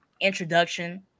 introduction